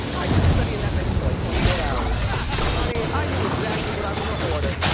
i had been studying that menu for like twenty four hours. ah honey, i knew exactly what i was gonna order.